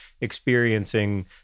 experiencing